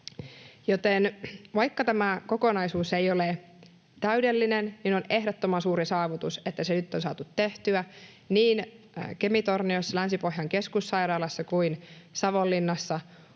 Vaikka tämä kokonaisuus ei ole täydellinen, niin on ehdottoman suuri saavutus, että se nyt on saatu tehtyä. Niin Kemi-Torniossa Länsi-Pohjan keskussairaalassa kuin Savonlinnassa